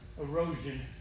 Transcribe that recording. erosion